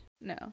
No